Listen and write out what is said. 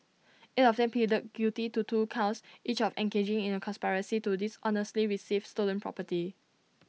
eight of them pleaded guilty to two counts each of engaging in A conspiracy to dishonestly receive stolen property